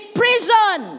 prison